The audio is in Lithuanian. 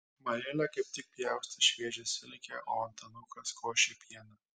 marilė kaip tik pjaustė šviežią silkę o antanukas košė pieną